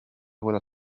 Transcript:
gola